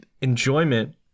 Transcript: enjoyment